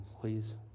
please